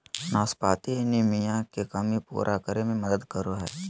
नाशपाती एनीमिया के कमी पूरा करै में मदद करो हइ